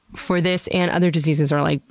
for this and other diseases, are, like,